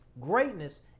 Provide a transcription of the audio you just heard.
Greatness